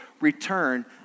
return